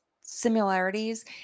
similarities